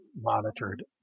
monitored